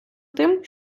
тим